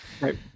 right